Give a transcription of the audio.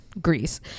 Greece